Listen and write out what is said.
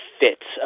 fits